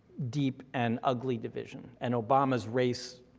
deep and ugly division, and obama's race